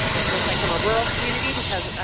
it looks like, from a rural community because,